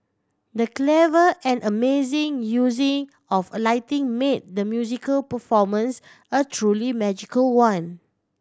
the clever and amazing using of a lighting made the musical performance a truly magical one